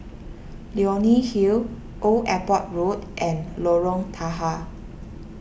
Leonie Hill Old Airport Road and Lorong Tahar